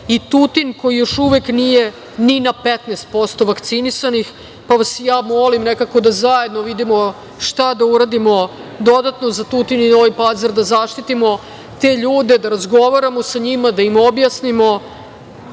i Tutin koji još uvek nije ni na 15% vakcinisanih, pa vas ja molim nekako da zajedno vidimo šta da uradimo dodatno za Tutin i Novi Pazar da zaštitimo te ljude, da razgovaramo sa njima, da im objasnimo